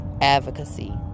advocacy